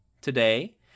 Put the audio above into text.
today